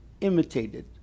imitated